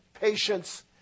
patience